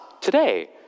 today